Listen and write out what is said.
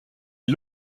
est